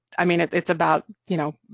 i mean, it's about, you know,